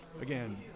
Again